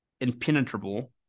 Impenetrable